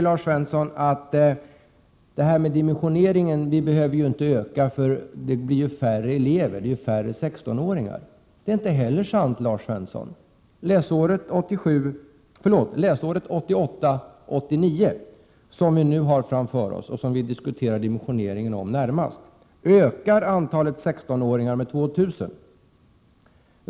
Lars Svensson säger dessutom beträffande dimensioneringen av gymnasieskolan att vi inte behöver utöka den, eftersom det blir färre elever. Det blir färre 16-åringar. Detta är inte heller sant. Läsåret 1988/89, som vi nu har framför oss och som vi närmast diskuterar dimensioneringen för, ökar antalet 16-åringar med 2 000.